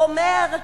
הוא אומר: